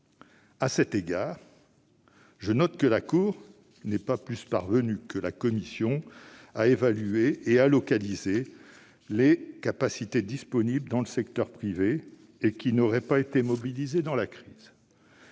À cet égard, je note que la Cour n'est pas plus parvenue que notre commission d'enquête à évaluer et à localiser les capacités disponibles dans le secteur privé qui n'auraient pas été mobilisées dans la crise.